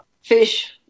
fish